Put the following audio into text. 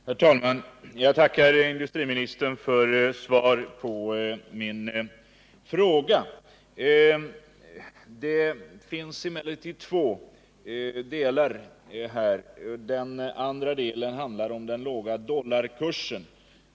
Herr talman! Jag tackar industriministern för svaret på min fråga. Det finns emellertid två delar i min fråga. Den andra delen handlar om den låga dollarkursen.